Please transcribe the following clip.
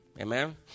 Amen